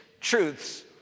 truths